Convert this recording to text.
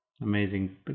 Amazing